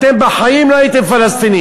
אתם בחיים לא הייתם פלסטינים,